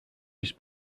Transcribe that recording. his